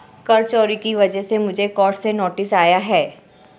कर चोरी की वजह से मुझे कोर्ट से नोटिस आया है